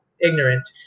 ignorant